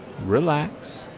relax